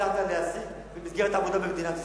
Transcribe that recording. שהצלחת להשיג במסגרת העבודה במדינת ישראל.